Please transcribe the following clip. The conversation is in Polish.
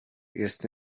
jest